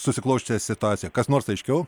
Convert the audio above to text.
susiklosčiusią situaciją kas nors aiškiau